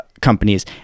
companies